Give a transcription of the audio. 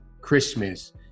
Christmas